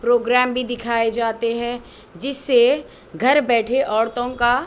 programme بھی دکھائے جاتے ہے جس سے گھر بیٹھے عورتوں کا